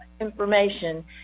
information